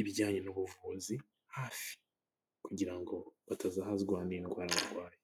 ibijyanye n'ubuvuzi hafi kugira ngo batazahazwa n'indwa barwaye.